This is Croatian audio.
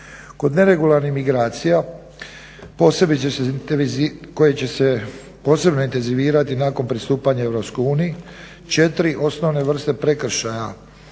Kod neregularnih migracija, koji će se posebno intenzivirati nakon pristupanja EU. 4 osnovne vrste prekršaja